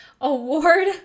award